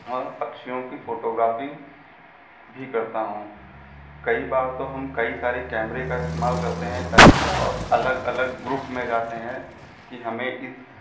और पक्षियों की फ़ोटोग्राफी भी करता हूँ कई बार तो हम कई सारे कैमरे का इस्तेमाल करते हैं ताकि और अलग अलग ग्रुप में जाते हैं कि हमें इस